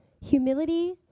humility